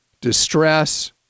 distress